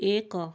ଏକ